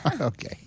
Okay